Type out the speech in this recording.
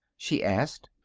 she asked.